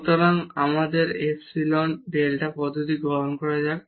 সুতরাং এখানে আমাদের এপসাইলনডেল্টা পদ্ধতি গ্রহণ করা যাক